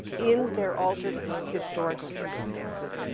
in their altered historical circumstances.